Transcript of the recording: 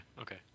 Okay